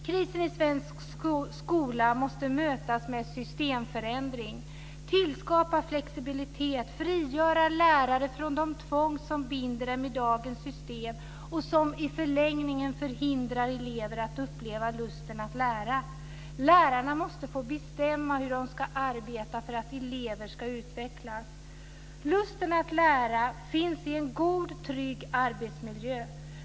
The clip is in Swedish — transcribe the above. Krisen i svensk skola måste mötas med systemförändring. Den måste mötas med flexibilitet och med att frigöra lärare från de tvång som binder dem i dagens system och som i förlängningen förhindrar elever att uppleva lusten att lära. Lärarna måste få bestämma hur de ska arbeta för att eleverna ska utvecklas. Lusten att lära finns i en god, trygg arbetsmiljö.